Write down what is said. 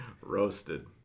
Roasted